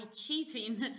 cheating